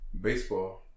Baseball